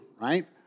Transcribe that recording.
right